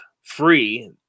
free